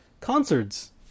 concerts